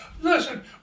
Listen